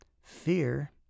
fear